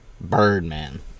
Birdman